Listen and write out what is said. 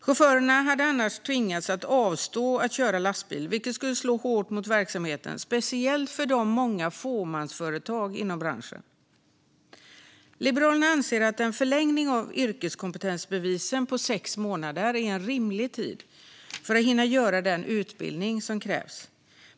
Chaufförerna hade annars tvingats att avstå från att köra lastbil, vilket skulle slå hårt mot verksamheten, speciellt för de många fåmansföretagen inom branschen. Liberalerna anser att sex månaders förlängning av yrkeskompetensbevisen är en rimlig tid för att hinna genomgå den utbildning som krävs.